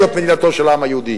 זאת מדינתו של העם היהודי,